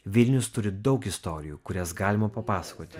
vilnius turi daug istorijų kurias galima papasakoti